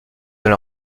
dans